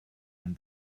ein